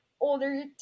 older